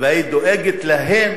היית דואגת להם